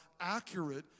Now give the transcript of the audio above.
accurate